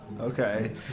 Okay